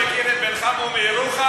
אתה מכיר את בן-חמו מירוחם?